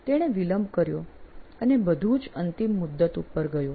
તેણે વિલંબ કર્યો અને બધું જ અંતિમ મુદત પર ગયું